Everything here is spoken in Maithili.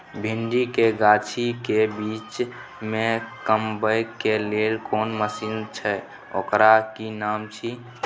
भिंडी के गाछी के बीच में कमबै के लेल कोन मसीन छै ओकर कि नाम छी?